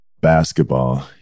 basketball